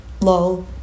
Lol